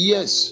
Yes